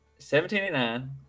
1789